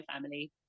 family